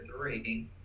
three